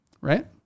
right